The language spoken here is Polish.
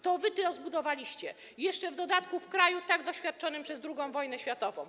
To wy to zbudowaliście, jeszcze w dodatku w kraju tak doświadczonym przez II wojnę światową.